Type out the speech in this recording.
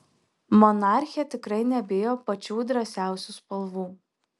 monarchė tikrai nebijo pačių drąsiausių spalvų